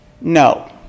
No